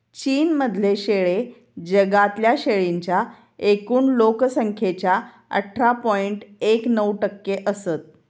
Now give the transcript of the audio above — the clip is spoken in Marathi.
चीन मधले शेळे जगातल्या शेळींच्या एकूण लोक संख्येच्या अठरा पॉइंट एक नऊ टक्के असत